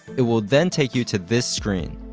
it will then take you to this screen.